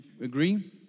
agree